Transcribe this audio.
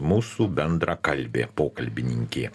mūsų bendrakalbė pokalbininkė